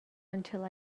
until